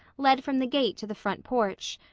led from the gate to the front porch.